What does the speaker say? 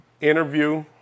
interview